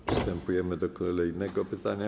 Przystępujemy do kolejnego pytania.